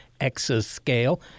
exascale